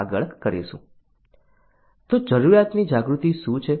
તો જરૂરિયાતની જાગૃતિ શું છે